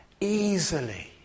easily